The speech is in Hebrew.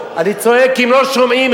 אני צועק כי הם לא שומעים,